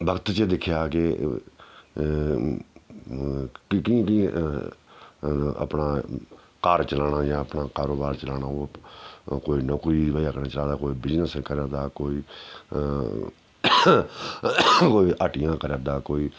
वक्त च दिक्खेआ कि कि'यां कि'यां अपना घर चलाना जां अपना कारोबार चलाना कोई नौकरी वजह् कन्नै चला दा कोई बिजनेस करा दा कोई कोई हट्टियां करा दा कोई